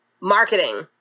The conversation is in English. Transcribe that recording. marketing